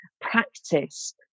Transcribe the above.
practice